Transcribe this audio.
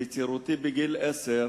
בצעירותי, בגיל עשר,